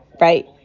right